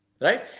right